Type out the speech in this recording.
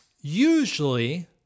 usually